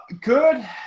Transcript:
Good